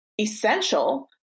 essential